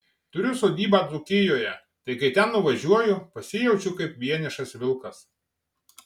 turiu sodybą dzūkijoje tai kai ten nuvažiuoju pasijaučiu kaip vienišas vilkas